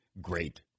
great